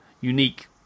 unique